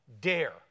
Dare